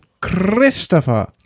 Christopher